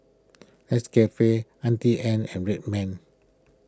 Nescafe Auntie Anne's and Red Man